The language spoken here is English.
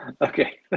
Okay